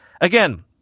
Again